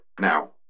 now